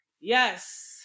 Yes